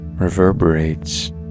reverberates